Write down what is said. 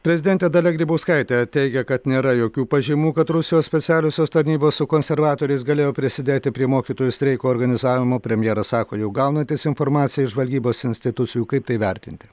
prezidentė dalia grybauskaitė teigia kad nėra jokių pažymų kad rusijos specialiosios tarnybos su konservatoriais galėjo prisidėti prie mokytojų streiko organizavimo premjeras sako jau gaunantis informaciją iš žvalgybos institucijų kaip tai vertinti